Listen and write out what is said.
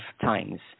times